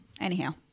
anyhow